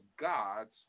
God's